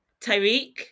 Tyreek